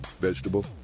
vegetable